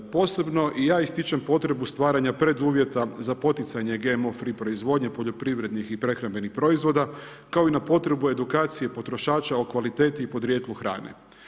Posebno i ja ističem potrebu stvaranja preduvjeta za poticanje GMO free proizvodnje poljoprivrednih i prehrambenih proizvoda kao i na potrebu edukacije potrošača o kvaliteti i podrijetlu hrane.